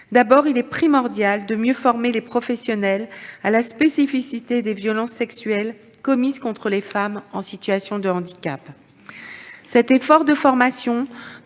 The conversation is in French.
D'abord, il est primordial de mieux former les professionnels à la spécificité des violences sexuelles commises contre les femmes en situation de handicap. Cet effort de formation